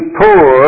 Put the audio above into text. poor